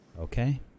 Okay